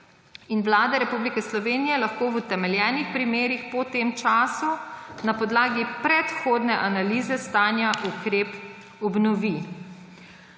Vlada Republike Slovenije lahko v utemeljenih primerih po tem času na podlagi predhodne analize stanja ukrep obnovi.